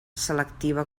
selectiva